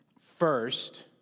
first